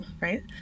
right